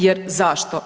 Jer zašto?